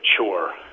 mature